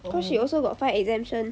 cause she also got five exemption